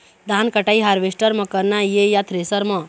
धान कटाई हारवेस्टर म करना ये या थ्रेसर म?